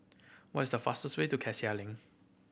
what's the fastest way to Cassia Link